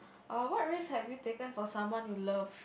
err what risk have you taken for someone you love